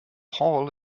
hall